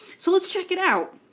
so let's check it out.